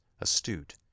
astute